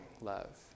love